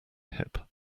hip